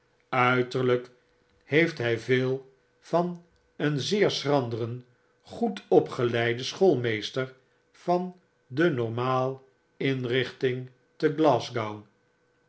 uiterlyk heeft hy veel van een zeer schranderen goed opgeleiden schoolmeester van de normaal inrichting te